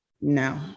No